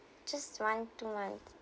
just one two months